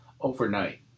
overnight